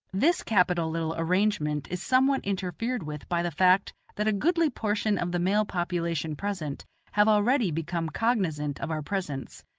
this capital little arrangement is somewhat interfered with by the fact that a goodly proportion of the male population present have already become cognizant of our presence,